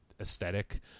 aesthetic